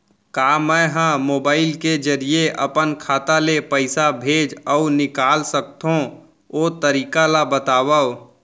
का मै ह मोबाइल के जरिए अपन खाता ले पइसा भेज अऊ निकाल सकथों, ओ तरीका ला बतावव?